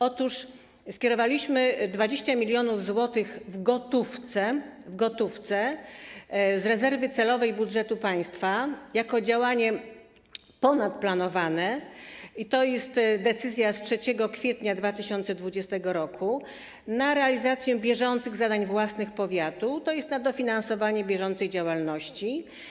Otóż skierowaliśmy 20 mln zł w gotówce z rezerwy celowej budżetu państwa jako działanie ponadplanowane, i to jest decyzja z 3 kwietnia 2020 r., na realizację bieżących zadań własnych powiatu, tj. na dofinansowanie bieżącej działalności.